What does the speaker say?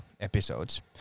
episodes